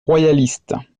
royaliste